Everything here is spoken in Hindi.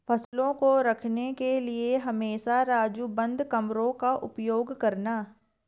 फसलों को रखने के लिए हमेशा राजू बंद कमरों का उपयोग करना